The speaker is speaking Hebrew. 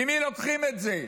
ממי לוקחים את זה?